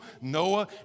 Noah